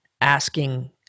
asking